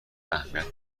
اهمیت